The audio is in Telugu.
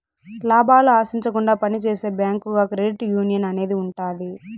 లాభాలు ఆశించకుండా పని చేసే బ్యాంకుగా క్రెడిట్ యునియన్ అనేది ఉంటది